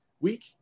Week